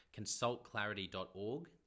consultclarity.org